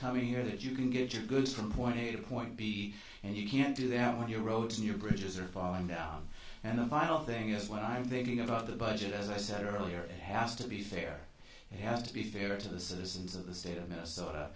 coming here that you can get your goods from point a to point b and you can't do that when you wrote and your bridges are falling down and the final thing is what i'm thinking about the budget as i said earlier has to be fair he has to be fair to the citizens of the state of minnesota